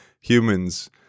humans